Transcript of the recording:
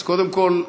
אז קודם כול,